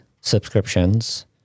subscriptions